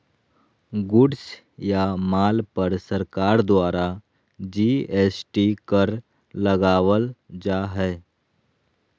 goods या माल पर सरकार द्वारा जी.एस.टी कर लगावल जा हय